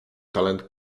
talent